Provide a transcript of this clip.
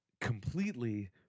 completely